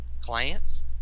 clients